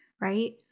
right